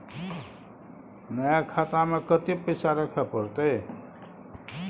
नया खाता में कत्ते पैसा रखे परतै?